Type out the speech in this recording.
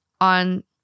on